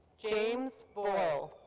james boyle.